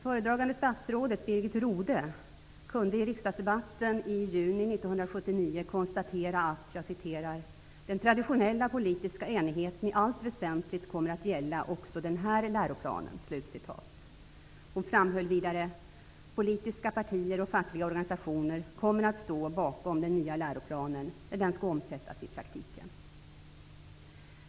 Föredragande statsrådet, Birgit Rohde, kunde i riksdagsdebatten i juni 1979 konstatera att ''den traditionella politiska enigheten i allt väsentligt kommer att gälla också den här läroplanen''. Hon framhöll vidare: ''Politiska partier och fackliga organisationer kommer att stå bakom den nya läroplanen när den skall omsättas i praktiken.''